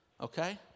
Okay